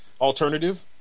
Alternative